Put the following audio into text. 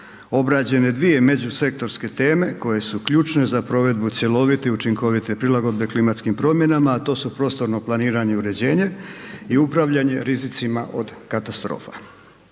obrađene dvije međusektorske teme koje su ključne za provedbu cjelovite i učinkovite prilagodbe klimatskim promjenama, a to su prostorno planiranje i uređenje i upravljanje rizicima od katastrofa.